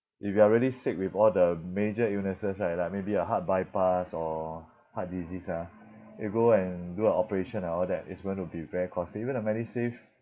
if you are really sick with all the major illnesses right like maybe a heart bypass or heart disease ah you go and do an operation and all that it's going to be very costly even the medisave